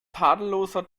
tadelloser